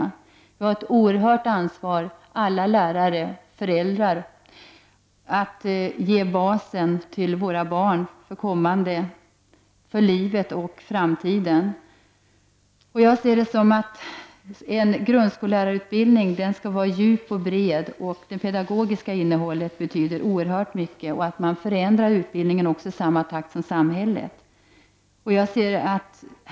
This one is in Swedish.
Alla lärare och föräldrar har ett oerhört ansvar för att ge basen till våra barn för livet och framtiden. En grundskollärarutbildning bör därför vara både djup och bred. Det pedagogiska innehållet betyder oerhört mycket, liksom att utbildningen förändras i samma takt som samhället förändras.